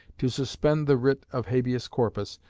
to suspend the writ of habeas corpus,